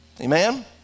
Amen